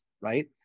right